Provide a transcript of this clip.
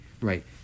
right